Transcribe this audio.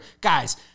guys